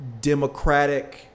democratic